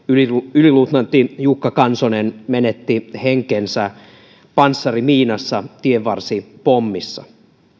yliluutnantti jukka kansonen menetti henkensä panssarimiinassa tienvarsipommissa